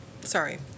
sorry